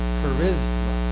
charisma